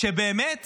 באמת